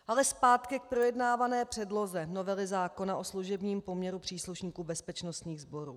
Ale zpátky k projednávané předloze novely zákona o služebním poměru příslušníků bezpečnostních sborů.